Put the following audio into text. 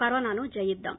కరోనాను జయిద్దాం